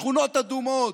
שכונות אדומות,